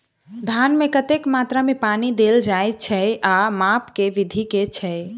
धान मे कतेक मात्रा मे पानि देल जाएँ छैय आ माप केँ विधि केँ छैय?